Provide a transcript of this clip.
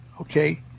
okay